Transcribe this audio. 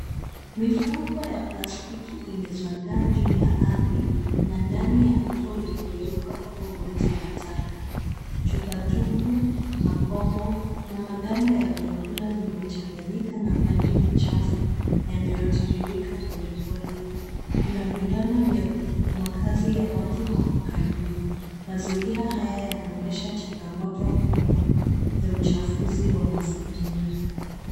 Mifuko ya plastiki imezagaa juu ya ardhi na ndani ya mto uliogeuka kuwa uwanja wa taka. Chupa tupu, makopo na maganda ya vyakula vimechanganyika na maji machafu yanayotiririka polepole. Kuna vibanda vya makazi ya watu hapo karibu. Mazingira haya yanaonyesha changamoto kubwa ya uchafuzi wa mazingira.